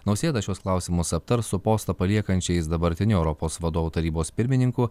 nausėda šiuos klausimus aptars su postą paliekančiais dabartiniu europos vadovų tarybos pirmininku